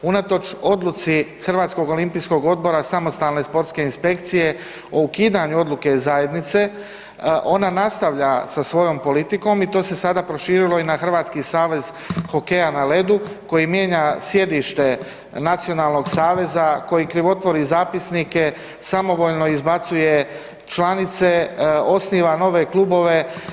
Unatoč odluci Hrvatskog olimpijskog odbora samostalne sportske inspekcije o ukidanju odluke zajednice ona nastavlja sa svojom politikom i to se sada proširilo i na Hrvatski savez hokeja na ledu, koji mijenja sjedište nacionalnog saveza koji krivotvori zapisnike, samovoljno izbacuje članice, osniva nove klubove.